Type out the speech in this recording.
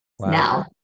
now